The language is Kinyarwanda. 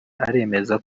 aremeza